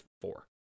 four